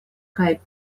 kaj